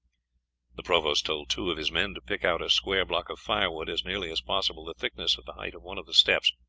the provost told two of his men to pick out a square block of firewood, as nearly as possible the thickness of the height of one of the steps.